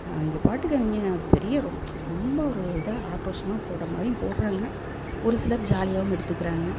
அவங்க பாட்டுக்கு அவங்க பெரிய ரொம் ரொம்ப ஒரு இதாக ஆக்ரோஷமாக போடுற மாதிரியும் போடுறாங்க ஒரு சிலர் ஜாலியாகவும் எடுத்துக்கறாங்க